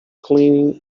cleaning